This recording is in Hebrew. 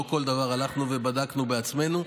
לא כל דבר הלכנו ובדקנו בעצמנו.